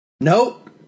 Nope